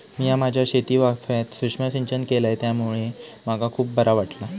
मिया माझ्या शेतीवाफ्यात सुक्ष्म सिंचन केलय त्यामुळे मका खुप बरा वाटला